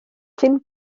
cyn